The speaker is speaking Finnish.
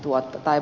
vuotta tai